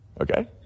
Okay